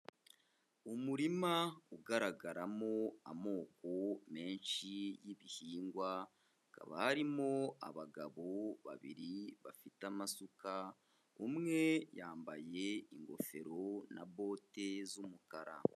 Umurima ugaragaramo amoko menshi y'ibihingwa, hakaba harimo abagabo babiri bafite amasuka, umwe yambaye ingofero na bote z'umukara.